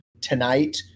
tonight